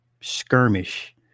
skirmish